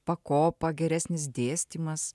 pakopa geresnis dėstymas